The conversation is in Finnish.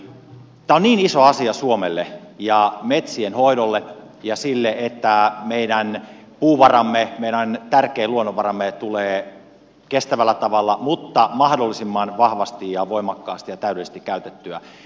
tämä on niin iso asia suomelle ja metsien hoidolle ja sille että meidän puuvaramme meidän tärkein luonnonvaramme tulee kestävällä tavalla mutta mahdollisimman vahvasti ja voimakkaasti ja täydellisesti käytettyä